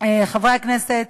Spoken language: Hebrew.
חברי הכנסת,